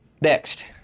next